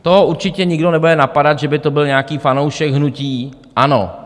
To určitě nikdo nebude napadat, že by to byl nějaký fanoušek hnutí ANO.